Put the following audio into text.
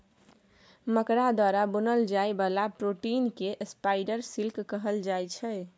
मकरा द्वारा बुनल जाइ बला प्रोटीन केँ स्पाइडर सिल्क कहल जाइ छै